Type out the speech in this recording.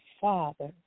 Father